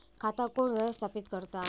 खाता कोण व्यवस्थापित करता?